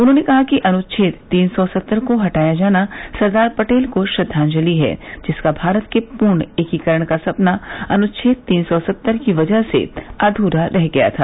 उन्होंने कहा कि अनुच्छेद तीन सौ सत्तर को हटाया जाना सरदार पटेल को श्रद्वांजलि है जिनका भारत के पूर्ण एकीकरण का सपना अनुच्छेद तीन सौ सत्तर की वजह से अध्रा रह गया था